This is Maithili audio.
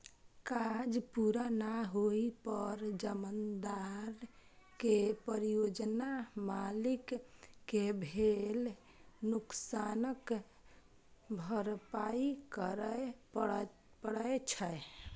काज पूरा नै होइ पर जमानतदार कें परियोजना मालिक कें भेल नुकसानक भरपाइ करय पड़ै छै